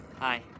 Hi